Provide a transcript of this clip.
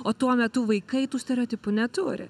o tuo metu vaikai tų stereotipų neturi